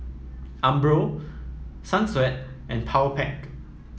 Umbro Sunsweet and Powerpac